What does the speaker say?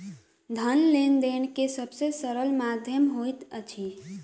धन लेन देन के सब से सरल माध्यम होइत अछि